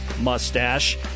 mustache